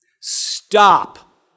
Stop